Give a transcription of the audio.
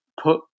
put